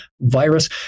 virus